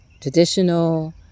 traditional